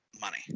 money